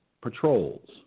patrols